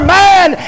man